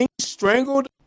strangled